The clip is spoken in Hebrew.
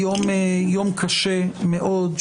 יום קשה מאוד,